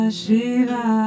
Shiva